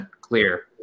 clear